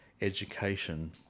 education